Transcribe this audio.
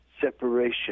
separation